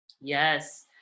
yes